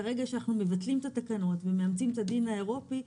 כרגע כשאנחנו מבטלים את התקנות ומאמצים את הדין האירופי,